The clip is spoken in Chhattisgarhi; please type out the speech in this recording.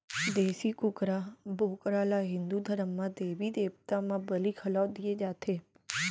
देसी कुकरा, बोकरा ल हिंदू धरम म देबी देवता म बली घलौ दिये जाथे